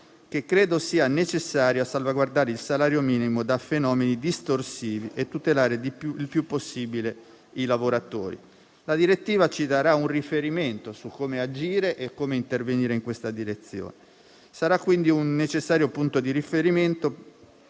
che credo sia necessario a salvaguardare il salario minimo da fenomeni distorsivi e a tutelare il più possibile i lavoratori. La direttiva ci darà un riferimento su come agire e come intervenire in questa direzione. Sarà quindi un necessario punto di riferimento